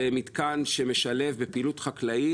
זה מתקן שמשלב בפעילות חקלאית.